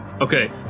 Okay